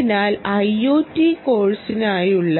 അതിനാൽ IoT കോഴ്സിനായുള്ള